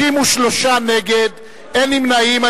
63 נגד, אין נמנעים.